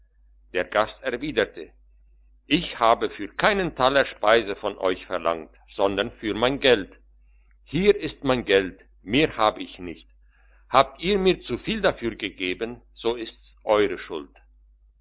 der gast erwiderte ich habe für keinen taler speise von euch verlangt sondern für mein geld hier ist mein geld mehr hab ich nicht habt ihr mir zuviel dafür gegeben so ist's eure schuld